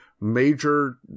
major